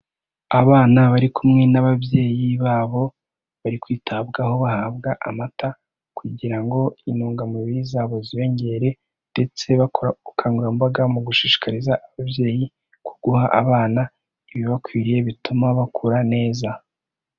Abana bari kumwe n'ababyeyi babo, bari kwitabwaho bahabwa amata, kugira ngo intungamubiri zabo ziyongere, ndetse bakora ubukangurambaga mu gushishikariza ababyeyi ku guha abana ibibakwiriye bituma bakura neza.